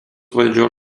valdžios